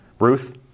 Ruth